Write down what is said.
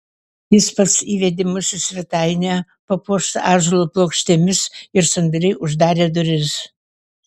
jis pats įvedė mus į svetainę papuoštą ąžuolo plokštėmis ir sandariai uždarė duris